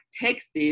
Texas